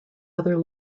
other